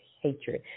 hatred